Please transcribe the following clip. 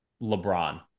LeBron